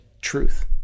truth